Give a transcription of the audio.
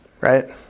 Right